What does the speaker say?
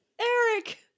Eric